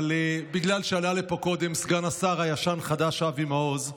אבל בגלל שעלה לפה קודם סגן השר הישן-חדש אבי מעוז,